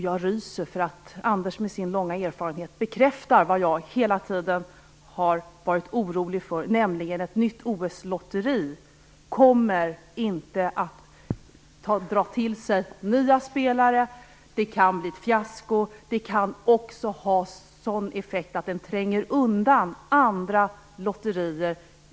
Jag ryser, eftersom Anders Nilsson med sin långa erfarenhet bekräftar vad jag hela tiden varit orolig för, nämligen att ett nytt OS-lotteri inte kommer att dra till sig nya spelare. Det kan bli fiasko och det kan också få effekten att det tränger undan andra lotterier.